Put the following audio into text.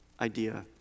idea